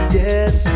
yes